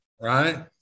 right